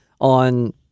on